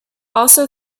also